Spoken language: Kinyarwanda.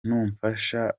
n’umufasha